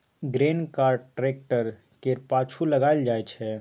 grain cart tractor केर पाछु लगाएल जाइ छै